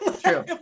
True